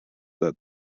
that